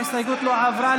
ההסתייגות לא עברה.